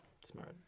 Smart